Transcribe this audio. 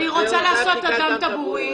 והיא רוצה לעשות בדיקת דם טבורי.